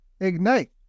Ignite